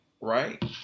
Right